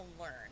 learn